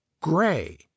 Gray